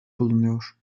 bulunuyor